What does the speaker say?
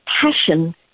passion